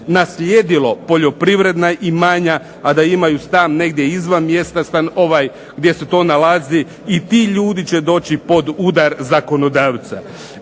naslijedilo poljoprivredna imanja, a da imaju stan negdje izvan mjesta, ovaj gdje se to nalazi i ti ljudi će doći pod udar zakonodavca.